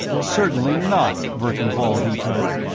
certainly not, verkan vall vetoed.